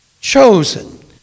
chosen